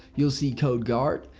you'll see codeguard.